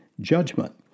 judgment